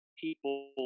people